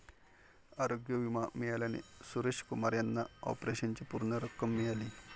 आरोग्य विमा मिळाल्याने सुरेश कुमार यांना ऑपरेशनची पूर्ण रक्कम मिळाली